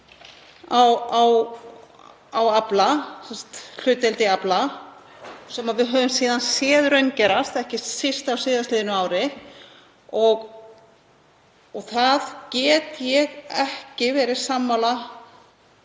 á afla, hlutdeild í afla, sem við höfum síðan séð raungerast, ekki síst á síðastliðnu ári. Ég get ekki verið sammála